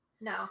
No